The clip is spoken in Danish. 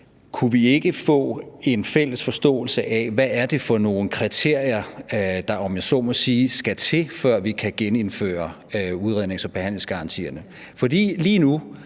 Kunne vi ikke få en fælles forståelse af, hvad det er for nogle kriterier, der, om jeg så må sige, skal til, før vi kan genindføre udrednings- og behandlingsgarantierne?